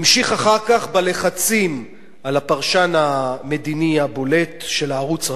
זה המשיך אחר כך בלחצים על הפרשן המדיני הבולט של הערוץ,